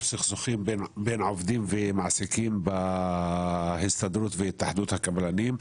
סכסוכים בין עובדים ומעסקים בהסתדרות והתאחדות הקבלנים.